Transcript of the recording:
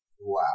Wow